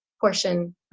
portion